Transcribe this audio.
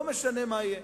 לא משנה מה יהיה.